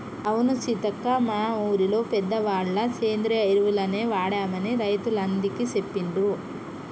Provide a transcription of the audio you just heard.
అవును సీతక్క మా ఊరిలో పెద్దవాళ్ళ సేంద్రియ ఎరువులనే వాడమని రైతులందికీ సెప్పిండ్రు